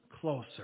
closer